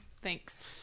Thanks